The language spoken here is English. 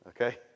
Okay